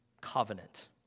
covenant